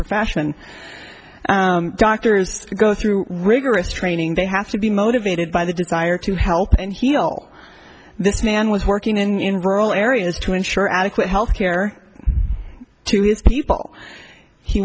profession doctors go through rigorous training they have to be motivated by the desire to help and heal this man was working in rural areas to ensure adequate health care to his people he